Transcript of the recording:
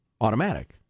automatic